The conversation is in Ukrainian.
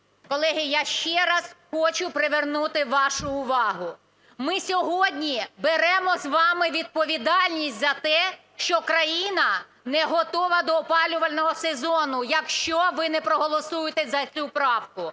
Колеги, я ще раз хочу привернути вашу увагу. Ми сьогодні беремо з вами відповідальність за те, що країна не готова до опалювального сезону. Якщо ви не проголосуєте за цю правку